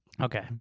Okay